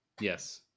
Yes